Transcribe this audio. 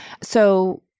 So-